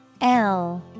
-L